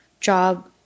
job